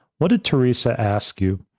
what did theresa ask you?